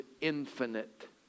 infinite